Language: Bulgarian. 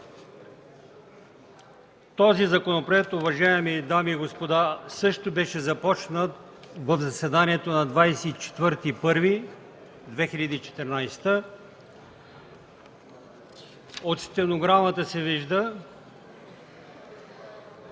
Този законопроект, уважаеми дами и господа, също беше започнат в заседанието на 24 януари 2014 г. От стенограмата се вижда,